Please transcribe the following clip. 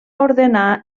ordenar